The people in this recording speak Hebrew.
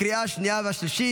לקריאה השנייה והשלישית.